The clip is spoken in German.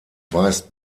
weist